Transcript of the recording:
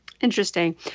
interesting